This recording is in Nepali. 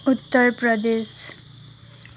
उत्तर प्रदेश